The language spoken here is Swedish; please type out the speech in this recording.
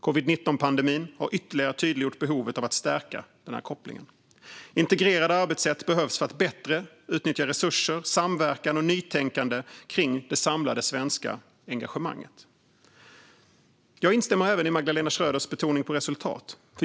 Covid-19-pandemin har ytterligare tydliggjort behovet av att stärka denna koppling. Integrerade arbetssätt behövs för bättre resursutnyttjande, samverkan och nytänkande kring det samlade svenska engagemanget. Jag instämmer även i Magdalena Schröders betoning på resultat.